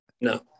no